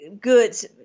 goods